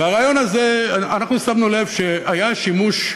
אנחנו שמנו לב שהיה שימוש,